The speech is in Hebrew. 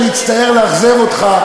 אני מצטער לאכזב אותך,